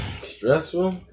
Stressful